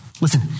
Listen